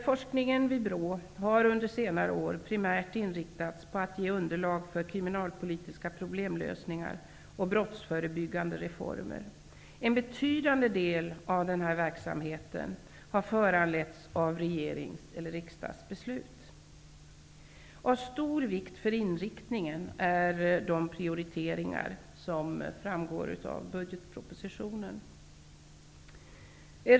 Forskningen vid BRÅ har under senare år primärt inriktats på att ge underlag för kriminalpolitiska problemlösningar och brottsförebyggande reformer. En betydande del av denna verksamhet har föranletts av regerings och riksdagsbeslut. Av stor vikt för inriktningen är de prioriteringar som framgår av budgetpropositionen.